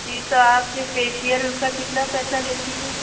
جی تو آپ جو فیشئل کا کتنا پیسہ لیتی ہیں